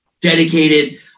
dedicated